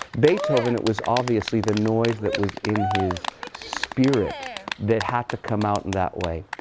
beethoven it was obviously the noise that was in his spirit that had to come out in that way.